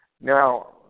Now